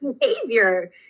behavior